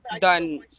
done